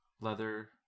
leather